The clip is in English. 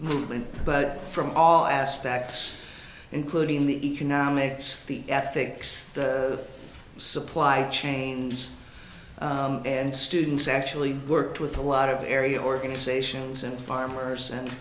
movement but from all aspects including the economics the ethics of supply chains and students actually worked with a lot of area organizations and farmers